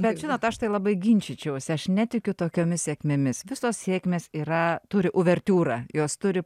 bet žinot aš tai labai ginčyčiausi aš netikiu tokiomis sėkmėmis visos sėkmės yra turi uvertiūrą jos turi